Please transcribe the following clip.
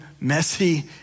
messy